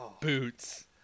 boots